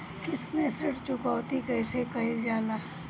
किश्त में ऋण चुकौती कईसे करल जाला?